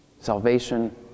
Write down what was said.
Salvation